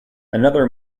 another